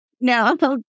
No